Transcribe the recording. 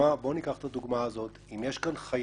בוא ניקח את הדוגמה הזאת, אם יש כאן חייב